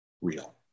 real